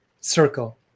circle